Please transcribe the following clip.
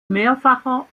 mehrfacher